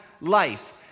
life